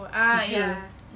jer